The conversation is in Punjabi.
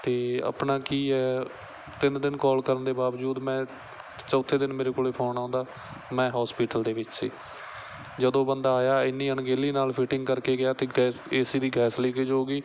ਅਤੇ ਆਪਣਾ ਕੀ ਹੈ ਤਿੰਨ ਦਿਨ ਕਾਲ ਕਰਨ ਦੇ ਬਾਵਜੂਦ ਮੈਂ ਚੌਥੇ ਦਿਨ ਮੇਰੇ ਕੋਲ ਫੋਨ ਆਉਂਦਾ ਮੈਂ ਹੋਸਪਿਟਲ ਦੇ ਵਿੱਚ ਸੀ ਜਦੋਂ ਬੰਦਾ ਆਇਆ ਇੰਨੀ ਅਣਗਹਿਲੀ ਨਾਲ ਫਿਟਿੰਗ ਕਰ ਕੇ ਗਿਆ ਅਤੇ ਗੈਸ ਏ ਸੀ ਦੀ ਗੈਸ ਲੀਕੇਜ ਹੋ ਗਈ